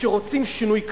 שרוצים שינוי כללי.